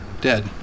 dead